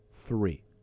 three